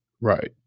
Right